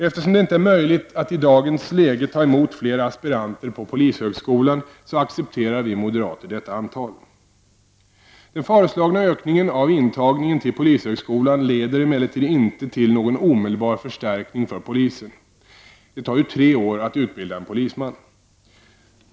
Eftersom det inte är möjligt att i dagens läge ta emot fler aspiranter på polishögskolan, accepterar vi moderater detta antal. Den föreslagna ökningen av intagningen till polishögskolan leder emellertid inte till någon omedelbar förstärkning för polisen, eftersom det tar tre år att utbilda en polisman.